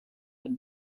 had